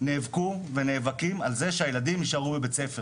נאבקו ונאבקים על זה שהילדים יישארו ללמוד בבתי הספר